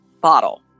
bottle